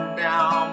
down